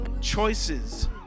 choices